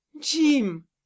jim